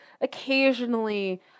occasionally